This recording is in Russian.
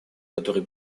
который